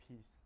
peace